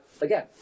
again